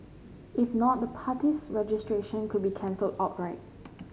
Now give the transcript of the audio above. if not the party's registration could be cancelled outright